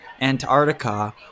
Antarctica